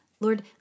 Lord